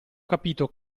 capito